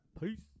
peace